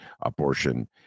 abortion